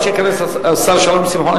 תמשיכי עד שייכנס השר שלום שמחון.